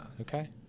Okay